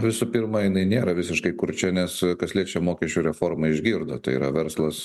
visų pirma jinai nėra visiškai kurčia nes kas liečia mokesčių reformą išgirdo tai yra verslas